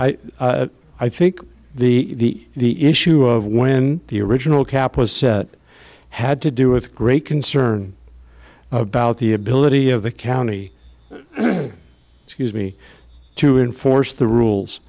i think the the issue of when the original cap was set had to do with great concern about the ability of the county excuse me to enforce the rules